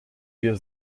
wir